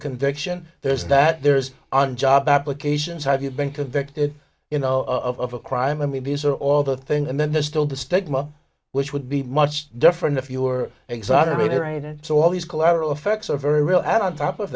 conviction there's that there's on job applications have you been convicted you know of a crime i mean these are all the thing and then there's still the stigma which would be much different if you were exonerated so all these collateral effects are very real and on top of